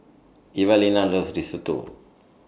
Evalena loves Risotto